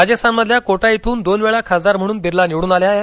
राजस्थानमधल्या कोटा इथून दोनवेळा खासदार म्हणून बिर्ला निवडून आले आहेत